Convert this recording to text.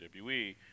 WWE –